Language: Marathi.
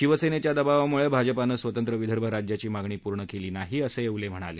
शिवसेनेच्या दबावाम्ळे भाजपानं स्वतंत्र विदर्भ राज्याची मागणी पूर्ण केली नाही असं नेवले म्हणाले